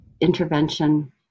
intervention